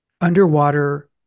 Underwater